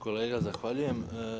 Kolega zahvaljujem.